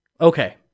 Okay